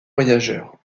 voyageurs